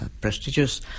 prestigious